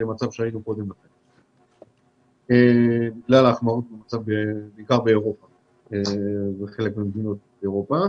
למצב שהיינו בו קודם לכן בגלל ההחמרות בחלק ממדינות אירופה.